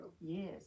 Yes